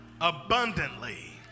abundantly